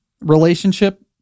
relationship